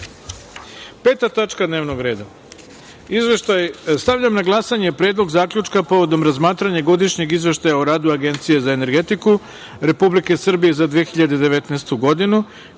februara 2021. godineStavljam na glasanje Predlog zaključka povodom razmatranja Godišnjeg izveštaja o radu Agencije za energetiku Republike Srbije za 2019. godine,